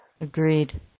Agreed